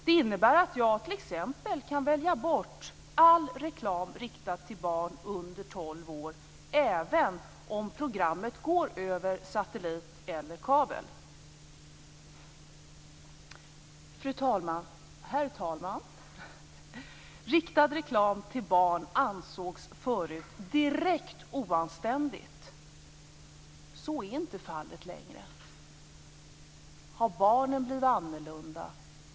Det innebär att jag t.ex. kan välja bort all reklam riktad till barn under tolv år även om programmet går över satellit eller kabel. Herr talman! Riktad reklam till barn ansågs förut direkt oanständigt. Så är inte fallet längre. Har barnen blivit annorlunda?